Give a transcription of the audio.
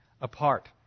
apart